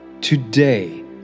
Today